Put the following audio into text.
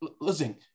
listen